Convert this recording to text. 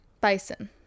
bison